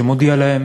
שמודיעות להם